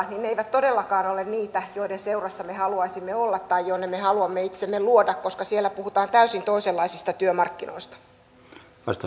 ne eivät todellakaan ole niitä joiden seurassa me haluaisimme olla tai joiden seuraan me haluamme itsemme luoda koska siellä puhutaan täysin toisenlaisista työmarkkinoista